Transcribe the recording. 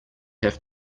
have